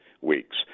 weeks